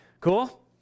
Cool